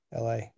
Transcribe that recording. LA